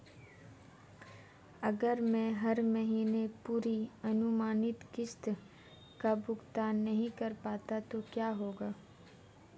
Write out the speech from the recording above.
अगर मैं हर महीने पूरी अनुमानित किश्त का भुगतान नहीं कर पाता तो क्या होगा?